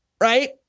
right